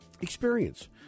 experience